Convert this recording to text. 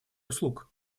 услуг